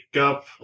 up